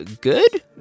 good